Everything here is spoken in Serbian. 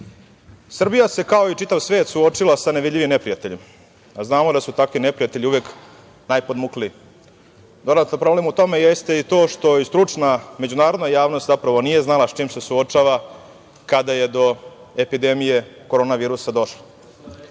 se, kao i čitav svet, suočila sa nevidljivim neprijateljom, a znamo da su takvi neprijatelji uvek najpodmukliji. Dodatan problem u tome jeste i to što i stručna međunarodna javnost zapravo nije znala sa čime se suočava kada je do epidemije korona virusa došlo.